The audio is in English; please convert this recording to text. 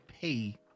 pay